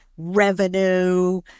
Revenue